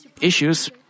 issues